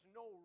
no